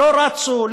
לא רצו,